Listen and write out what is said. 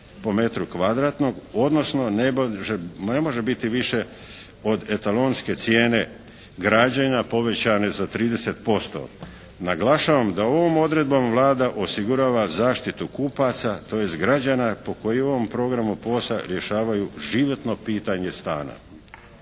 po metru kvadratnom odnosno ne može biti više od etalonske cijene građenja povećane za 30%. Naglašavam da ovom odredbom Vlada osigurava zaštitu kupaca, tj. građana po koji u ovom programu POS-a rješavaju životno pitanje stana.